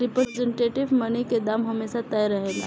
representative money के दाम हमेशा तय रहेला